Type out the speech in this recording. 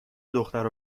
دختر